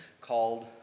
called